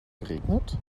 geregnet